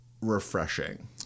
refreshing